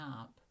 up